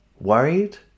worried